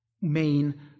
main